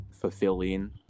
fulfilling